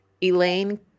Elaine